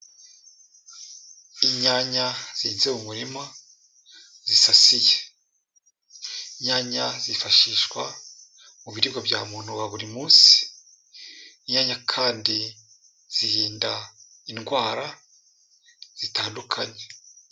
Inyanya zihinze mu murima zisasiye, inyanya zifashishwa mu biribwa bya muntu wa buri munsi, inyanya kandi zirinda indwara zitandukanye.